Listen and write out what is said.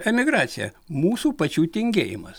emigraciją mūsų pačių tingėjimas